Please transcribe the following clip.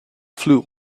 flew